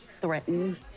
threatened